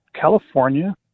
California